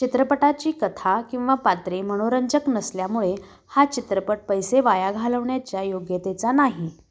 चित्रपटाची कथा किंवा पात्रे मनोरंजक नसल्यामुळे हा चित्रपट पैसे वाया घालवण्याच्या योग्यतेचा नाही